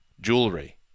jewelry